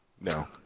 No